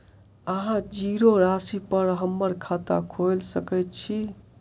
अहाँ जीरो राशि पर हम्मर खाता खोइल सकै छी?